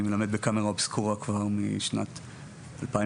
אני מלמד בקאמרה אובסקורה כבר משנת 2005,